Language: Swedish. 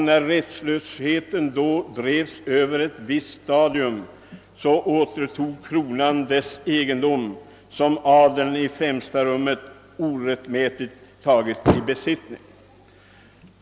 När rättslöshet då drevs över ett visst stadium, återtog kronan sin egendom, som i främsta rummet adeln orättmätigt tagit i besittning.